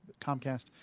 Comcast